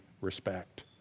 respect